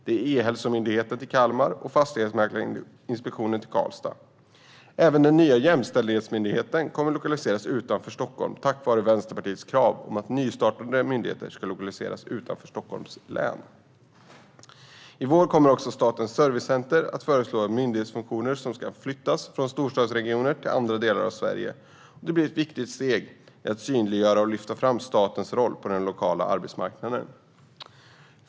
Det gäller E-hälsomyndigheten, som lokaliserats till Kalmar, och Fastighetsmäklarinspektionen, som förlagts till Karlstad. Även den nya jämställdhetsmyndigheten kommer att lokaliseras utanför Stockholm tack vare Vänsterpartiets krav på att nystartade myndigheter ska lokaliseras utanför Stockholms län. I vår kommer också Statens servicecenter att föreslå myndighetsfunktioner som skulle kunna flyttas från storstadsregioner till andra delar av Sverige. Det blir ett viktigt steg för att synliggöra och lyfta fram statens roll på de lokala arbetsmarknaderna.